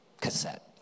cassette